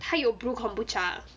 它有 blue kombucha